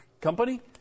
Company